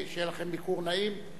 שיהיה לכם ביקור נעים.